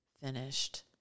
finished